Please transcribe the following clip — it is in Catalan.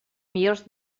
millors